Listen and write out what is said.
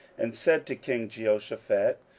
and said to king jehoshaphat,